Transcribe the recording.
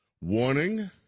warning